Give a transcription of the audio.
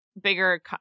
bigger